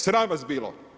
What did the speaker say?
Sram vas bilo.